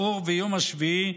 האור ויום השביעי,